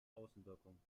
außenwirkung